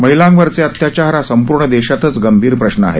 महिलांवरील अत्याचार हा संपूर्ण देशातच गंभीर प्रश्न आहे